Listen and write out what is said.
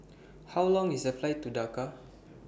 How Long IS The Flight to Dhaka